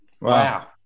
Wow